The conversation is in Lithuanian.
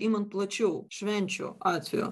imant plačiau švenčių atveju